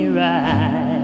right